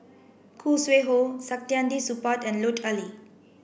Khoo Sui Hoe Saktiandi Supaat and Lut Ali